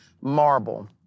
marble